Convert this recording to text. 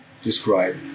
describe